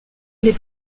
les